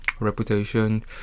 reputation